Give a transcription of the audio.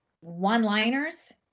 one-liners